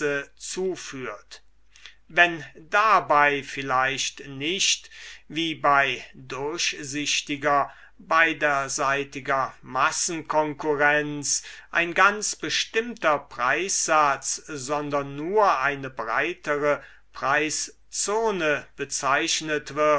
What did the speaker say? zuführt wenn dabei vielleicht nicht wie bei durchsichtiger beiderseitiger massenkonkurrenz ein ganz bestimmter preissatz sondern nur eine breitere preiszone bezeichnet